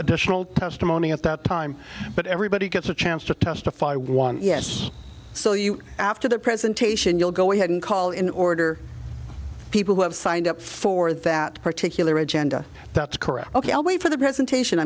additional testimony at that time but everybody gets a chance to testify one yes after the presentation you'll go ahead and call in order people who have signed up for that particular agenda that's correct ok i'll wait for the presentation